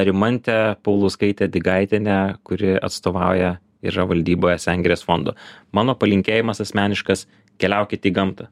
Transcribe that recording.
rimantę paulauskaitę digaitienę kuri atstovauja yra valdyboje sengirės fondo mano palinkėjimas asmeniškas keliaukit į gamtą